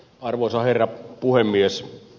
arvoisa herra puhemies